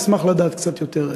אשמח לדעת קצת יותר איך.